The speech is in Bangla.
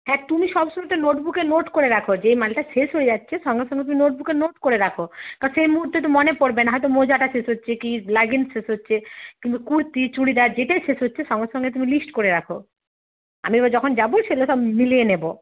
হ্যাঁ তুমি সব সময় একটা নোটবুকে নোট করে রাখো যে মালটা শেষ হয়ে যাচ্ছে সঙ্গে সঙ্গে তুমি নোটবুকে নোট করে রাখো কারণ সেই মুহূর্তে তো মনে পড়বে না হয়তো মোজাটা শেষ হচ্ছে কি লেগিংস শেষ হচ্ছে কিংবা কুর্তি চুড়িদার যেটাই শেষ হচ্ছে সঙ্গে সঙ্গে তুমি লিস্ট করে রাখো আমি আবার যখন যাবো সেগুলো সব মিলিয়ে নেবো